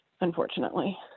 unfortunately